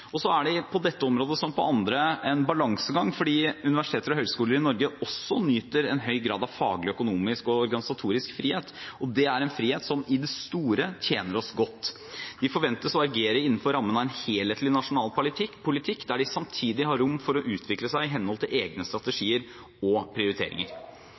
skole. Så er det på dette området som på andre en balansegang fordi universiteter og høyskoler i Norge også nyter en høy grad av faglig, økonomisk og organisatorisk frihet, og det er en frihet som i det store tjener oss godt. De forventes å agere innenfor rammen av en helhetlig nasjonal politikk, der de samtidig har rom for å utvikle seg i henhold til egne strategier og prioriteringer.